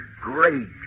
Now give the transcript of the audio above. Great